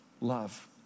love